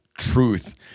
truth